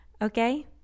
okay